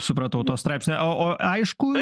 supratau to straipsnio a o aišku